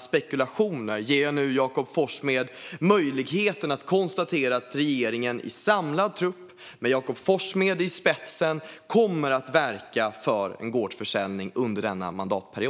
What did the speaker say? spekulationer ger jag nu Jakob Forssmed möjlighet att konstatera att regeringen, i samlad trupp med Jakob Forssmed i spetsen, kommer att verka för gårdsförsäljning under denna mandatperiod.